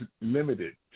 limited